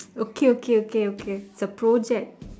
okay okay okay okay it' a project